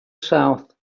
south